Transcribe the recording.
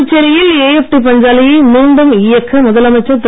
புதுச்சேரியில் ஏஎப்டி பஞ்சாலையை மீண்டும் இயக்க முதலமைச்சர் திரு